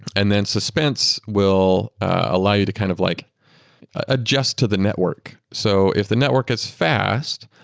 and then suspense will allow you to kind of like adjust to the network. so if the network is fast,